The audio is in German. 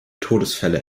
todesfälle